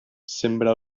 sembra